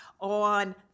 on